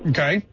Okay